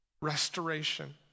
restoration